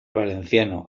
valenciano